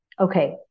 Okay